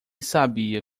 sabia